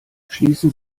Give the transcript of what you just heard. schließen